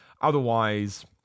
Otherwise